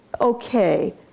okay